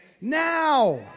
Now